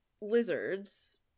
lizards